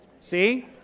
See